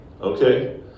Okay